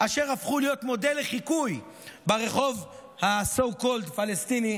אשר הפכו להיות מודל לחיקוי ברחוב ה-so called פלסטיני,